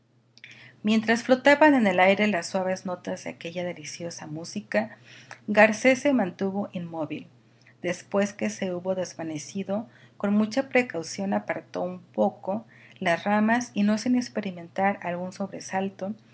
mientras flotaban en el aire las suaves notas de aquella deliciosa música garcés se mantuvo inmóvil después que se hubo desvanecido con mucha precaución apartó un poco las ramas y no sin experimentar algún sobresalto